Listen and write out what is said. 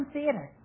Theater